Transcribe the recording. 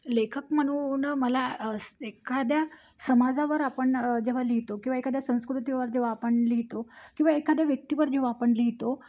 लेखक म्हणून मला स् एखाद्या समाजावर आपण जेव्हा लिहितो किंवा एखाद्या संस्कृतीवर जेव्हा आपण लिहितो किंवा एखाद्या व्यक्तीवर जेव्हा आपण लहितो